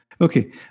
Okay